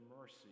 mercy